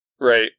Right